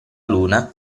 luna